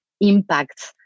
impact